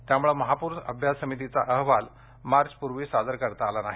त्यामुळे महापूर अभ्यास समितीचा अहवाल मार्चपूर्वी सादर करता आला नाही